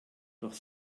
doch